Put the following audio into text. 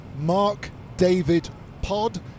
markdavidpod